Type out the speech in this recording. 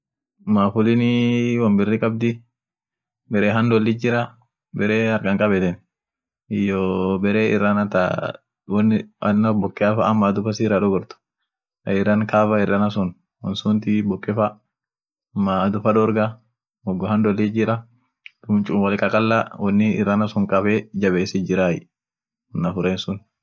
Balbunii ak ishin bobeet, balbun waya atimaafan wot kakabeni akasiin bobeetie, wowotkonekteni balbu ta dadartuat jira iyo ta chacharekoat jira. ishi sun waya stimamaatin wot konekteni duum soket itkaaeni swichi itkaeni bare ukutaa sun sunini akasiin bobeetie. wot konekteni ak daafen iyo ak bobeesen.